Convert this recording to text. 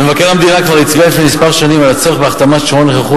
מבקר המדינה כבר הצביע לפני מספר שנים על הצורך בהחתמת שעון נוכחות